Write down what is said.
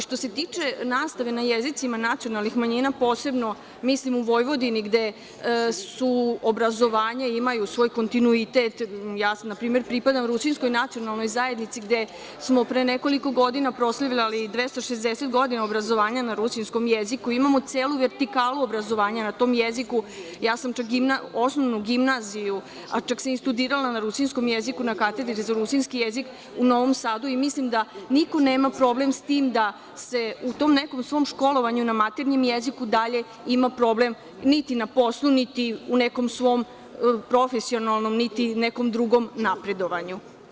Što se tiče nastave na jezicima nacionalnih manjina, posebno mislim u Vojvodini, gde obrazovanje ima svoj kontinuitet, ja npr. pripadam rusinskoj nacionalnoj zajednici gde smo pre nekoliko godina proslavljali 260 godina obrazovanja na rusinskom jeziku, imamo celu vertikalu obrazovanja na tom jeziku, ja sam čak i studirala na rusinskom jeziku na katedri za rusinski jezik u Novom Sadu i mislim da niko nema problem sa tim da se u tom nekom svom školovanju na maternjem jeziku, niti na poslu, niti u nekom svom profesionalnom, niti nekom drugom napredovanju.